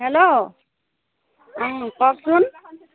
hello কওকচোন